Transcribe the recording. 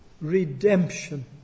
redemption